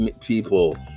people